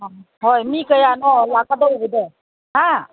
ꯎꯝ ꯍꯣꯏ ꯃꯤ ꯀꯌꯥꯅꯣ ꯂꯥꯛꯀꯗꯧꯔꯤꯕꯗꯣ ꯍꯥ